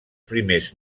primers